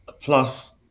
plus